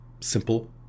simple